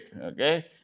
Okay